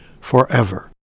forever